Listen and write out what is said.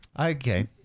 Okay